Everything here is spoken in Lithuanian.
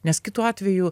nes kitu atveju